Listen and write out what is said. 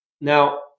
Now